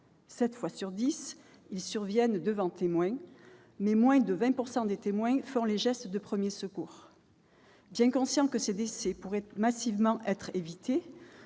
fois sur dix, ils surviennent devant témoin, mais moins de 20 % des témoins accomplissent les gestes de premiers secours. Bien conscients que ces décès pourraient massivement être évités,